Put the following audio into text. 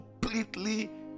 completely